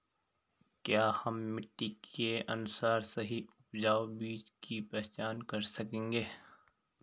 क्या हम मिट्टी के अनुसार सही उपजाऊ बीज की पहचान कर सकेंगे?